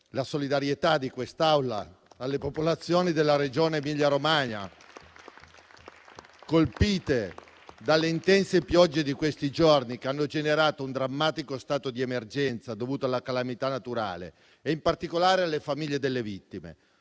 la solidarietà di quest'Aula alle popolazioni della Regione Emilia-Romagna, colpite dalle drammatiche piogge di questi giorni, che hanno generato un drammatico stato di emergenza dovuto alla calamità naturale, e in particolare alle famiglie delle vittime.